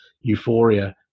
euphoria